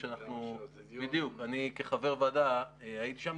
אני כחבר ועדה הייתי שם.